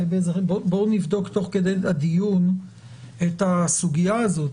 בואו נבדוק תוך כדי הדיון את הסוגיה הזאת,